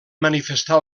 manifestar